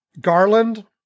Garland